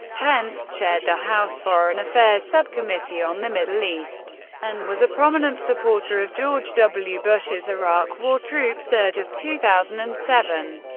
pence chaired the house foreign affairs subcommittee on the middle east and was a prominent supporter of george w. bush's iraq war troop surge of two thousand and seven.